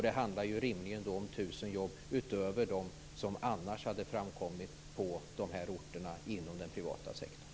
Det handlar rimligen om 1 000 jobb utöver de som annars hade framkommit på de här orterna inom den privata sektorn.